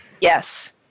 yes